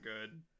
good